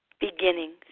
Beginnings